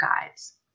guides